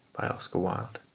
by oscar wilde